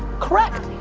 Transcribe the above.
correct,